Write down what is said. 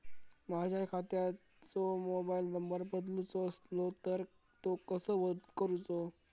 माझ्या खात्याचो mobile number बदलुचो असलो तर तो कसो करूचो?